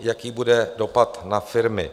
Jaký bude dopad na firmy?